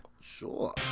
Sure